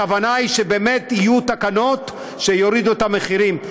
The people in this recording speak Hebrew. הכוונה היא שבאמת יהיו תקנות שיורידו את המחירים.